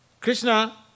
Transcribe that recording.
Krishna